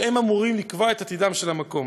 שהם אמורים לקבוע את עתידו של המקום.